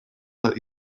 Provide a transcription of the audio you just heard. let